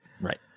Right